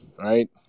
right